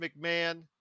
McMahon